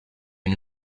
une